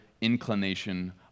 inclination